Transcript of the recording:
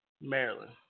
Maryland